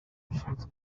ushize